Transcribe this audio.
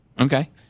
okay